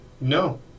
No